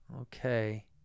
Okay